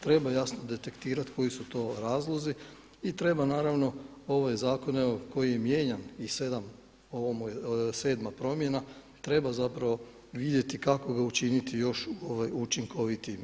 Treba jasno detektirati koji su to razlozi i treba naravno ovaj zakon koji je mijenjan i ovo mu je 7. promjena treba zapravo vidjeti kako ga učiniti još učinkovitijim.